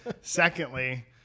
secondly